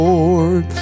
Lord